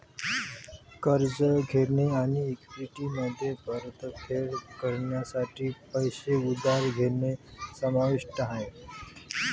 कर्ज घेणे आणि इक्विटीमध्ये परतफेड करण्यासाठी पैसे उधार घेणे समाविष्ट आहे